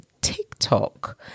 TikTok